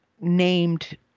named